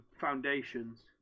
foundations